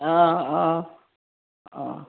অঁ অঁ অঁ